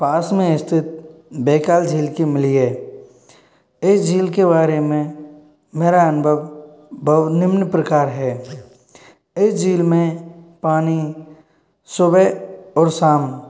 पास में स्थित बैकाल झील की मिलए इस झील के बारे में मेरा अनुभव बह निम्न प्रकार है इस झील में पानी सुबह और शाम